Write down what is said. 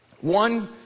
one